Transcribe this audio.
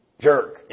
jerk